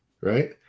Right